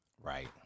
Right